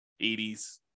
80s